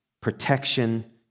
Protection